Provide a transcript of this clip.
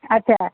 ଆଚ୍ଛା